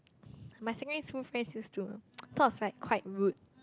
my secondary school friends used to sort of like quite rude